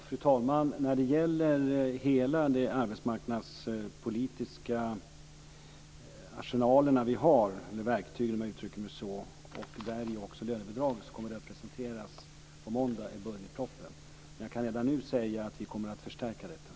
Fru talman! Hela vår arbetsmarknadspolitiska arsenal, eller våra verktyg, kommer att presenteras på måndag i budgetpropositionen. Där ingår också lönebidragen. Men jag kan redan nu säga att vi kommer att förstärka det här.